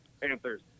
Panthers